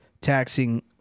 taxing